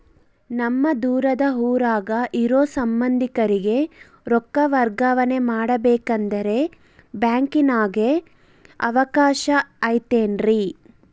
ನಮ್ಮ ದೂರದ ಊರಾಗ ಇರೋ ಸಂಬಂಧಿಕರಿಗೆ ರೊಕ್ಕ ವರ್ಗಾವಣೆ ಮಾಡಬೇಕೆಂದರೆ ಬ್ಯಾಂಕಿನಾಗೆ ಅವಕಾಶ ಐತೇನ್ರಿ?